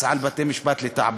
ואז יש לחץ על בתי-המשפט לתעבורה,